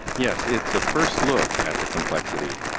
yes, it's a first look at the complexity.